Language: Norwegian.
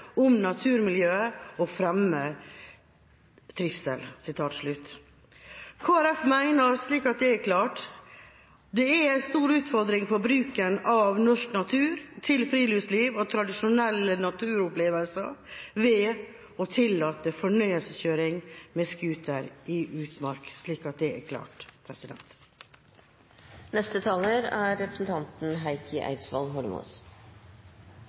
om naturmiljøet og fremme trivselen». Kristelig Folkeparti mener, slik at det er klart, at det er en stor utfordring for bruken av norsk natur til friluftsliv og tradisjonelle naturopplevelser å tillate fornøyelseskjøring med scooter i utmark. Jeg synes det er